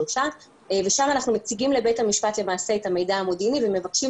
שלושה ושם אנחנו מציגים לבית המשפט את המידע המודיעיני ומבקשים